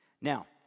Now